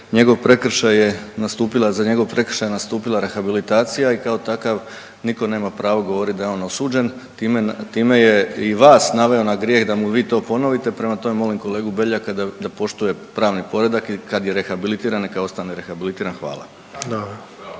za njegov prekršaj je nastupila rehabilitacija i kao takav nitko nema pravo govoriti da je on osuđen. Time je i vas naveo da grijeh da mu vi to ponovite, prema tome, molim kolegu Beljaka da poštuje pravni pored jer kada je rehabilitiran, neka ostane rehabilitiran. Hvala.